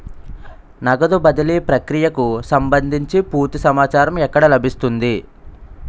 నగదు బదిలీ ప్రక్రియకు సంభందించి పూర్తి సమాచారం ఎక్కడ లభిస్తుంది?